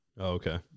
Okay